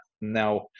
Now